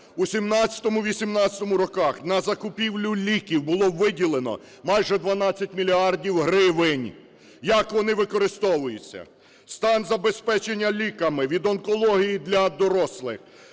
у 2017-2018 роках на закупівлю ліків було виділено майже 12 мільярдів гривень. Як вони використовуються: стан забезпечення ліками від онкології для дорослих